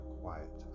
quiet